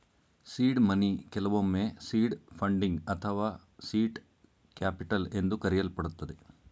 seed money ಕೆಲವೊಮ್ಮೆ seed funding ಅಥವಾ seed capital ಎಂದು ಕರೆಯಲ್ಪಡುತ್ತದೆ